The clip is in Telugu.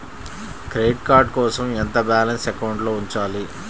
క్రెడిట్ కార్డ్ కోసం ఎంత బాలన్స్ అకౌంట్లో ఉంచాలి?